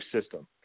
system